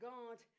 God